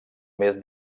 més